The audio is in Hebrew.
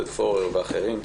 עודד פורר ואחרים.